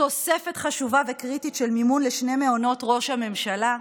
תוספת חשובה וקריטית של מימון לשני מעונות ראש הממשלה,